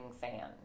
fan